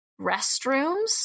restrooms